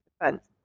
Defense